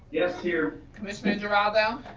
just here. commissioner geraldo.